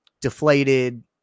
deflated